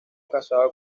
casado